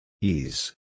Ease